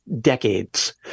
decades